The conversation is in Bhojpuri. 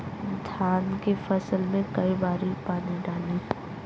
धान के फसल मे कई बारी पानी डाली?